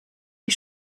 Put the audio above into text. die